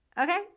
Okay